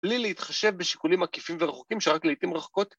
‫בלי להתחשב בשיקולים עקיפים ורחוקים ‫שרק לעתים רחוקות